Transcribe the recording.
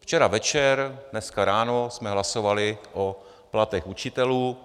Včera večer, dneska ráno jsme hlasovali o platech učitelů.